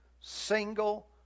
single